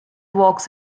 vaux